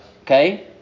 okay